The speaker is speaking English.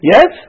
Yes